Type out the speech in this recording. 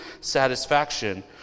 satisfaction